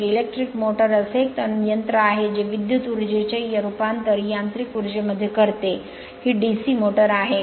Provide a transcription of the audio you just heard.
तर electric motor असे एक यंत्र आहे जे विद्युत ऊर्जेचे रुपांतर यांत्रिक ऊर्जेमध्ये करते ही DC मोटर आहे